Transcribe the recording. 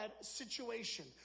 situation